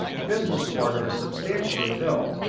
the business quarter is substantially built,